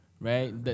right